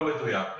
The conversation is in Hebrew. לא מדויק.